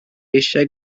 eisiau